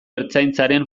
ertzaintzaren